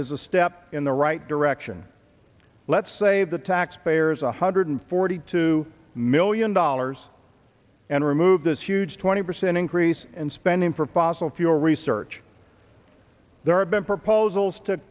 is a step in the right direction let's save the taxpayers one hundred forty two million dollars and remove this huge twenty percent increase in spending for fossil fuel research there are been proposals to